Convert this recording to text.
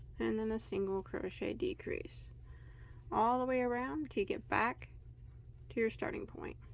and then a single crochet decrease all the way around take it back to your starting point